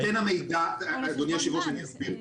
אני אסביר.